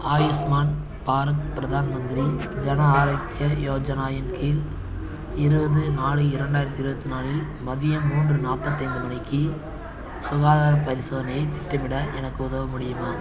ஆயுஷ்மான் பாரத் பிரதான் மந்திரி ஜன ஆரோக்ய யோஜனா இன் கீழ் இருபது நாலு இரண்டாயிரத்தி இருபத்தி நாலில் மதியம் மூன்று நாப்பத்தி ஐந்து மணிக்கு சுகாதாரப் பரிசோதனையைத் திட்டமிட எனக்கு உதவ முடியுமா